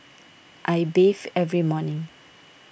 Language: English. I bathe every morning